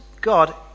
God